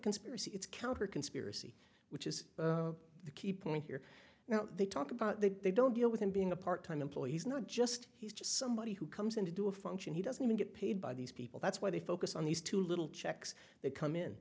conspiracy it's counter conspiracy which is the key point here now they talk about that they don't deal with him being a part time employees not just he's just somebody who comes in to do a function he doesn't even get paid by these people that's why they focus on these two little checks that come in